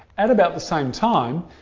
at about the same time,